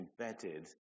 embedded